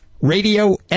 Radio